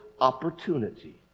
opportunity